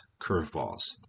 curveballs